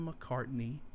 McCartney